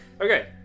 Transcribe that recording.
Okay